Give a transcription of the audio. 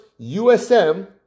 USM